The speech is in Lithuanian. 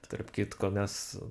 tarp kitko nes